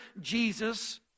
Jesus